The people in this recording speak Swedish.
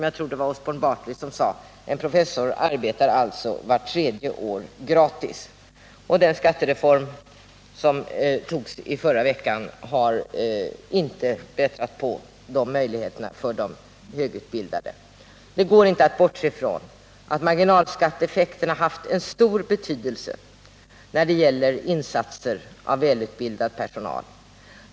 Jag tror det var Osborne Bartley som sade: En professor arbetar alltså vart tredje år gratis. Den skattereform som antogs i förra veckan har inte bättrat på möjligheterna för de högre utbildade. Det går inte att bortse från att marginalskatteeffekterna haft en stor betydelse när det gäller insatser av välutbildad personal.